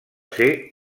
ser